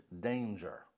danger